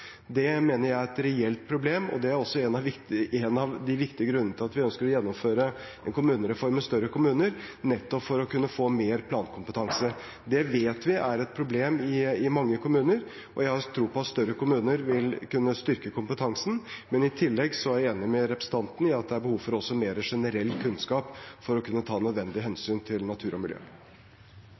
Det mener jeg er et reelt problem, og det er også en av de viktige grunnene til at vi ønsker å gjennomføre en kommunereform med større kommuner, nettopp for å kunne få mer plankompetanse. Det vet vi er et problem i mange kommuner, og jeg har tro på at større kommuner vil kunne styrke kompetansen, men i tillegg er jeg enig med representanten i at det også er behov for mer generell kunnskap for å kunne ta nødvendige hensyn til natur og miljø.